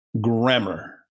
Grammar